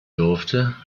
durfte